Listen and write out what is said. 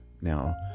now